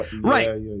Right